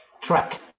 Track